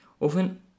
often